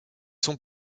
sont